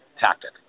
tactic